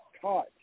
taught